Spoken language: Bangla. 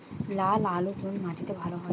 লাল আলু কোন মাটিতে ভালো হয়?